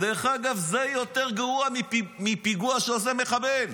דרך אגב, זה יותר גרוע מפיגוע שעושה מחבל,